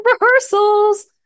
rehearsals